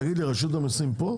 רשות המיסים פה?